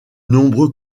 nombreux